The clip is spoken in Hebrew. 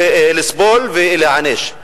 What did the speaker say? לסבול ולהיענש?